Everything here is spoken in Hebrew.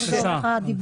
בבקשה.